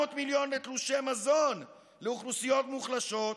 מיליון לתלושי מזון לאוכלוסיות מוחלשות.